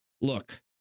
look